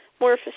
more